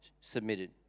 submitted